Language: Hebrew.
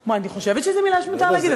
מה, אני חושבת שזו מילה שמותר להגיד.